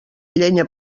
llenya